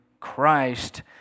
Christ